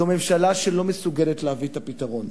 זו ממשלה שלא מסוגלת להביא את הפתרון.